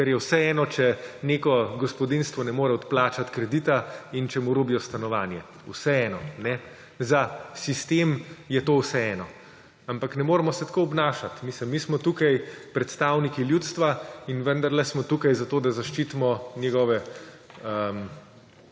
Ker je vseeno, če neko gospodinjstvo ne more odplačati kredita in če mu rubijo stanovanje – vseeno. Za sistem je to vseeno. Ampak ne moremo se tako obnašati. Mislim, mi smo tukaj predstavniki ljudstva in vendarle smo tukaj zato, da zaščitimo njegovo